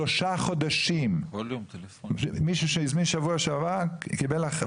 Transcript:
זו שאלה אחת.